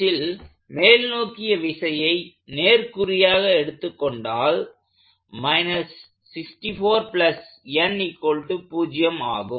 y அச்சில் மேல்நோக்கிய விசையை நேர்குறியாக எடுத்துக்கொண்டால் ஆகும்